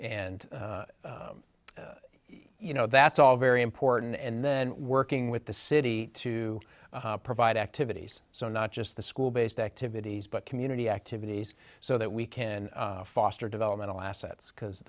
and you know that's all very important and then working with the city to provide activities so not just the school based activities but community activities so that we can foster developmental assets because